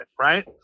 right